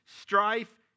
strife